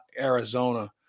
Arizona